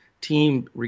team